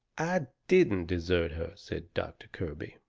i didn't desert her, said doctor kirby.